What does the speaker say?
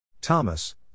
Thomas